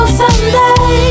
someday